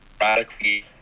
radically